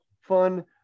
fun